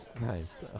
nice